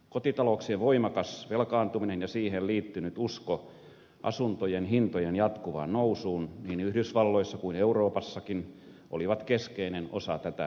kotitalouksien voimakas velkaantuminen ja siihen liittynyt usko asuntojen hintojen jatkuvaan nousuun niin yhdysvalloissa kuin euroopassakin olivat keskeinen osa tätä ilmiötä